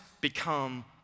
become